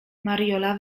mariola